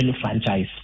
franchise